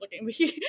looking